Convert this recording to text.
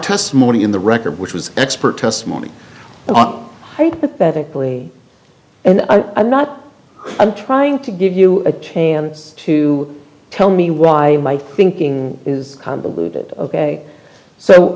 testimony in the record which was expert testimony hypothetically and i'm not i'm trying to give you a chance to tell me why my thinking is convoluted o